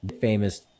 famous